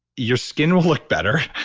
your skin will look better,